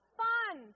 fun